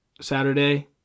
Saturday